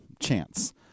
chance